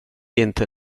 inte